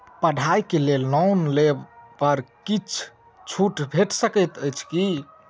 पढ़ाई केँ लेल लोन लेबऽ पर किछ छुट भैट सकैत अछि की?